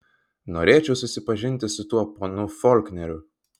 norėčiau susipažinti su tuo ponu folkneriu